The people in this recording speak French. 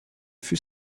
fût